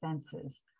senses